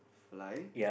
fly